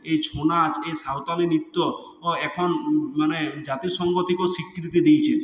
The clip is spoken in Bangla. এই ছৌ নাচ এই সাঁওতালি নৃত্য এখন মানে জাতিসংঘ থেকেও স্বীকৃতি দিয়েছে